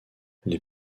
les